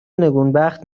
نگونبخت